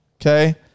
okay